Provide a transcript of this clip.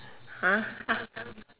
!huh!